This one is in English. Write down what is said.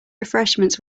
refreshments